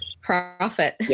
profit